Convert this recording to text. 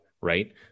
Right